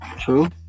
true